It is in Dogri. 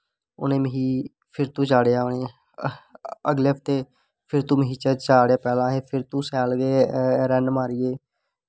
उनोें मिगी फिर तो चाढ़ेआ उनें अगले हफ्ते फिर तो मिगी चाढ़ेआ पैह्लैं अहें तू शैल गै रन मारियै